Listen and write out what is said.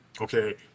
Okay